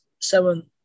seven